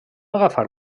agafar